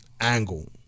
Angle